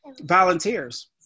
volunteers